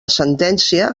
sentència